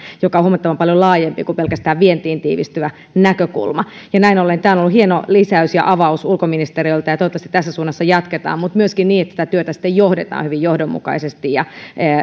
mikä on huomattavan paljon laajempi kuin pelkästään vientiin tiivistyvä näkökulma näin ollen tämä on ollut hieno lisäys ja avaus ulkoministeriöltä ja toivottavasti tässä suunnassa jatketaan mutta myöskin niin että tätä työtä sitten johdetaan hyvin johdonmukaisesti ja